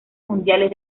mundiales